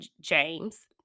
James